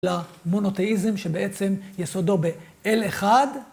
למונותאיזם שבעצם יסודו באל אחד.